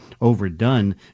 overdone